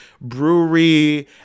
brewery